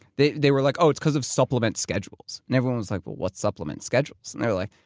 they they were like, oh, it's because of supplement schedules and everyone was like, well, what's supplement schedules? and they were like,